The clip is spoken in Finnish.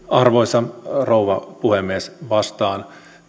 arvoisa rouva puhemies vastaan